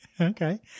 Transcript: Okay